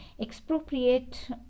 expropriate